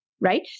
right